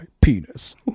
penis